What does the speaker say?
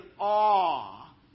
awe